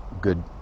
good